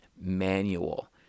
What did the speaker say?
manual